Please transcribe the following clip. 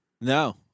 No